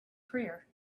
career